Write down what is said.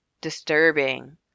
Disturbing